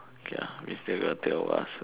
ya it's still the tale of us